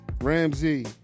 Ramsey